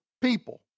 people